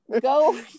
go